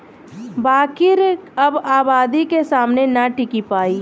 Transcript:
बाकिर अब आबादी के सामने ना टिकी पाई